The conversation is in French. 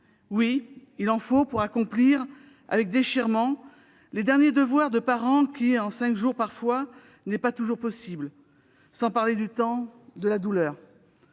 Oui, il en faut pour accomplir, avec déchirement, les derniers devoirs de parents, ce qui, en cinq jours seulement, n'est pas toujours possible. Sans parler du temps de la douleur.